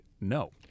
no